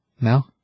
No